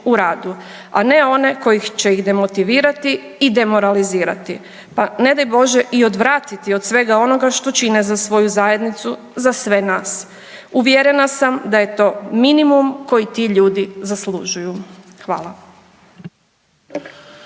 u radu, a ne one koji će ih demotivirati i demoralizirati, pa ne daj Bože i odvratiti od svega onoga što čine za svoju zajednicu, za sve nas. Uvjerena sam da je to minimum koji ti ljudi zaslužuju. Hvala.